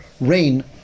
rain